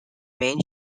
main